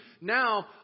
now